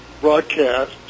broadcast